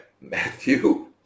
matthew